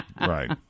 Right